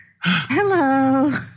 Hello